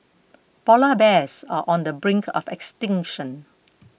Polar Bears are on the brink of extinction